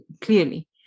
clearly